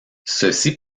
ceci